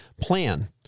plan